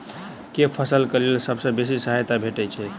केँ फसल केँ लेल सबसँ बेसी सहायता भेटय छै?